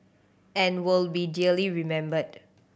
and will be dearly remembered